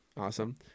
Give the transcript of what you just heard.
Awesome